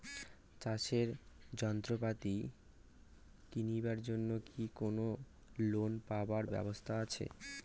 চাষের যন্ত্রপাতি কিনিবার জন্য কি কোনো লোন পাবার ব্যবস্থা আসে?